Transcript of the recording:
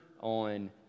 on